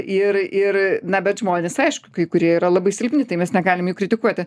ir ir na bet žmonės aišku kai kurie yra labai silpni tai mes negalim jų kritikuoti